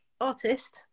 artist